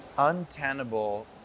untenable